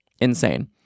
Insane